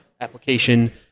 application